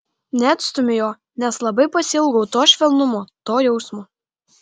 neatstumiu jo nes labai pasiilgau to švelnumo to jausmo